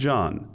John